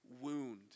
wound